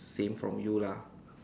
same from you lah